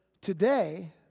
today